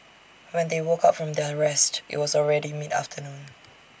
when they woke up from their rest IT was already mid afternoon